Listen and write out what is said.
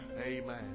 Amen